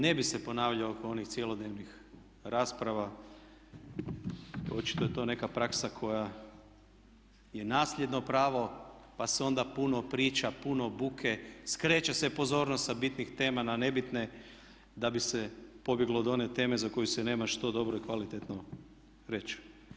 Ne bih se ponavljao oko onih cjelodnevnih rasprava, očito je to neka praksa koja je nasljedno pravo pa se onda puno priča, puno buke, skreće se pozornost sa bitnih tema na nebitne da bi se pobjeglo od one teme za koju se nema što dobro i kvalitetno reći.